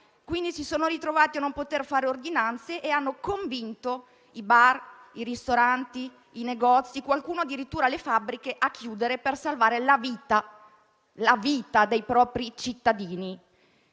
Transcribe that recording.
quindi ritrovati a non poter fare ordinanze e hanno convinto i bar, i ristoranti, i negozi e qualcuno addirittura le fabbriche a chiudere per salvare la vita dei propri cittadini.